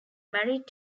married